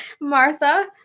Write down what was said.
Martha